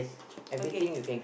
okay